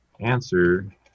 answer